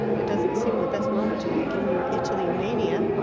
it doesn't seem the best moment to begin your italy mania.